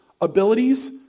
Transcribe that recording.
abilities